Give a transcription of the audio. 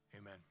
Amen